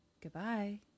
Goodbye